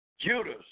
Judas